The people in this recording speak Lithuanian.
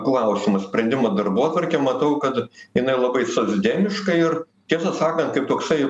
klausimų sprendimo darbotvarkę matau kad jinai labai socdemiška ir tiesą sakant kaip toksai